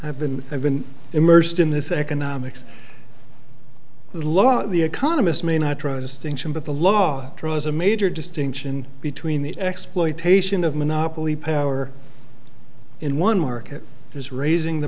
i've been i've been immersed in this economics law of the economist may not trusting him but the law draws a major distinction between the exploitation of monopoly power in one market is raising the